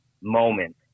moment